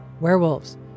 Werewolves